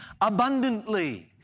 abundantly